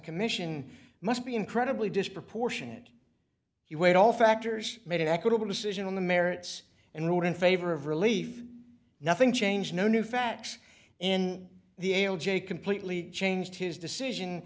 commission must be incredibly disproportionate he weighed all factors made an equitable decision on the merits and ruled in favor of relief nothing changed no new facts in the ail jay completely changed his decision